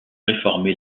réformer